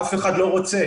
אף אחד לא רוצה.